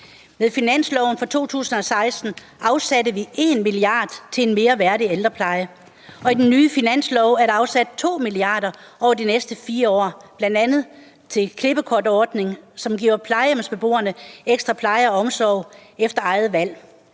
Med finansloven for 2016 afsatte vi 1 mia. kr. til en mere værdig ældrepleje, og i den nye finanslov er der afsat 2 milliarder over de næste 4 år, bl.a. til en klippekortordning, som giver plejehjemsbeboerne ekstra pleje og omsorg efter eget valg.